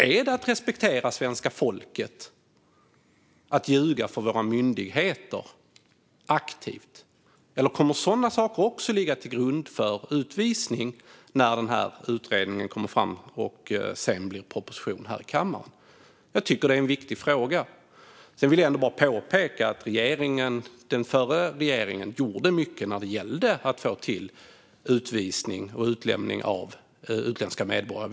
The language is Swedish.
Är det att respektera svenska folket att aktivt ljuga för myndigheterna, eller kommer sådana saker också att ligga till grund för utvisning när utredningen är klar och sedan blir till en proposition här i kammaren? Jag tycker att det är en viktig fråga. Jag vill även påpeka att den förra regeringen gjorde mycket när det gällde att få till utvisning och utlämning av utländska medborgare.